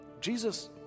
Jesus